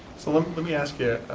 so let let me ask yeah